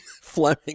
Fleming